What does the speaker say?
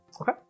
Okay